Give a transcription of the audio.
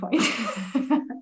point